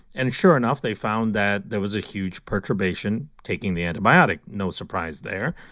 and sure enough, they found that there was a huge perturbation taking the antibiotic, no surprise there,